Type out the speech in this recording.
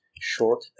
Short